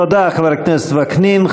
תודה, חבר הכנסת וקנין.